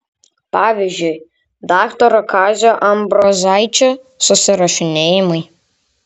pavyzdžiui daktaro kazio ambrozaičio susirašinėjimai